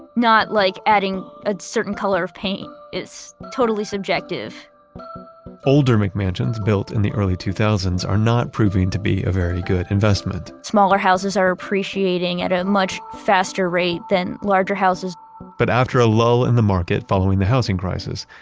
not like adding a certain color of paint. it's totally subjective older mcmansions built in the early two thousand s are not proving to be a very good investment smaller houses are appreciating at a much faster rate than larger houses but after a lull in the market following the housing crisis,